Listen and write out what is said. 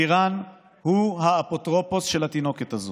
אלירן הוא האפוטרופוס של התינוקת הזאת.